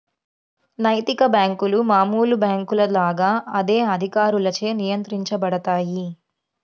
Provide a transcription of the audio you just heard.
నైతిక బ్యేంకులు మామూలు బ్యేంకుల లాగా అదే అధికారులచే నియంత్రించబడతాయి